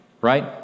right